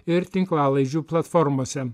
ir tinklalaidžių platformose